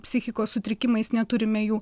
psichikos sutrikimais neturime jų